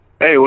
hey